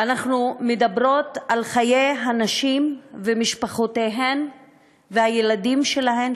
ואנחנו מדברות על חיי הנשים ומשפחותיהן והילדים שלהן,